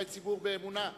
בצורכי ציבור באמונה.